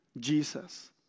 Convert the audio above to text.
jesus